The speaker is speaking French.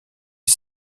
est